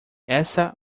essa